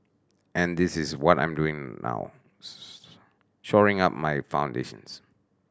and this is what I'm doing now shoring up my foundations